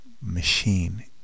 machine